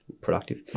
productive